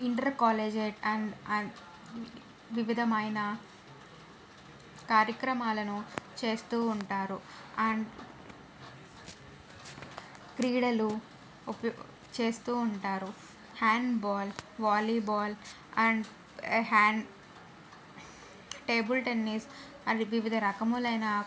inter collegiate and and వివిధమైన కార్యక్రమాలను చేస్తూ ఉంటారు అండ్ క్రీడలు ఉపయో చేస్తూ ఉంటారు handball volleyball and hand table tennis and వివిధ రకములైన